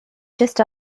just